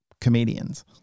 comedians